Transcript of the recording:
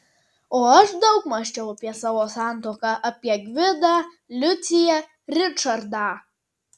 o aš daug mąsčiau apie savo santuoką apie gvidą liuciją ričardą